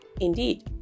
Indeed